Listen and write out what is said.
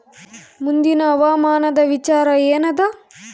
ಮುಂದಿನ ಹವಾಮಾನದ ವಿಚಾರ ಏನದ?